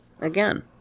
Again